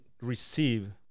receive